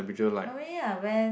normally I went